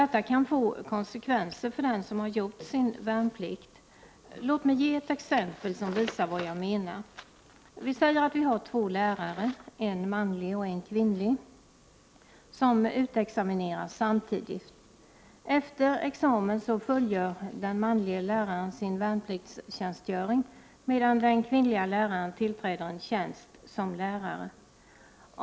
Detta kan få konsekvenser för den som gjort sin värnplikt. Låt mig ge ett exempel som visar vad jag menar. En manlig och en kvinnlig lärare utexamineras samtidigt. Efter examen fullgör den manlige läraren sin värnpliktstjänstgöring, medan den kvinnliga läraren tillträder en tjänst som lärare.